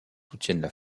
soutiennent